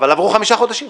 אבל עברו חמישה חודשים.